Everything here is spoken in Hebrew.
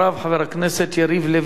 חבר הכנסת יריב לוין.